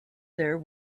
there